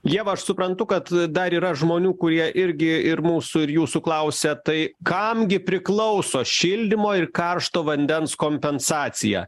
ieva aš suprantu kad dar yra žmonių kurie irgi ir mūsų ir jūsų klausia tai kam gi priklauso šildymo ir karšto vandens kompensacija